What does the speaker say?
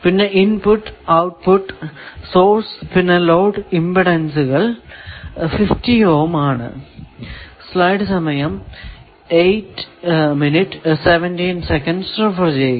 പിന്നെ input output source പിന്നെ load ഇമ്പിഡൻസുകൾ 50 ഓം ആണ്